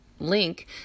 link